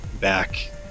back